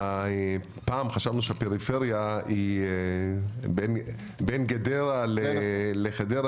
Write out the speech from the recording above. פעם חשבנו שהפריפריה היא בין גדרה לחדרה